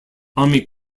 army